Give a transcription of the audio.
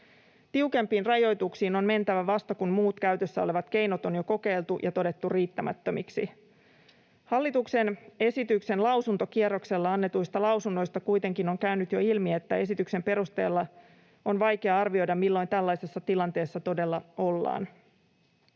Tiukempiin rajoituksiin on mentävä vasta, kun muut käytössä olevat keinot on jo kokeiltu ja todettu riittämättömiksi. Hallituksen esityksen lausuntokierroksella annetuista lausunnoista kuitenkin on käynyt jo ilmi, että esityksen perusteella on vaikea arvioida, milloin tällaisessa tilanteessa todella ollaan.